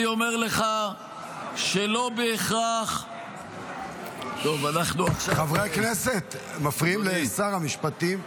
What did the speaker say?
אני אומר לך שלא בהכרח --- חברי הכנסת מפריעים לשר המשפטים.